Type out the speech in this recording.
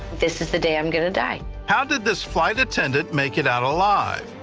this is the day i'm going to die. how did this flight attendant make it out alive?